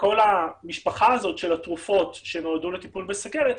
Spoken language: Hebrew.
כל המשפחה הזאת של התרופות שנועדו לטיפול בסכרת,